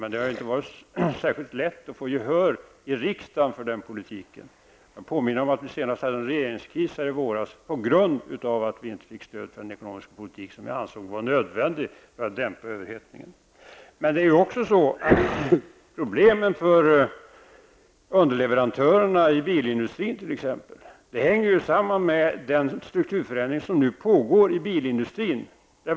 Men det har inte varit särskilt lätt att vinna gehör i riksdagen för denna vår politik. Jag vill påminna om den regeringskris som var i våras och som blev ett faktum just på grund av att vi inte fick stöd för den ekonomiska politik som vi ansåg var nödvändig för att dämpa överhettningen. Men det är också så, att problemen för t.ex. underleverantörerna i bilindustrin hänger samman med den strukturförändring som nu pågår inom bilindustrin.